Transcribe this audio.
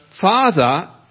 father